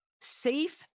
Safe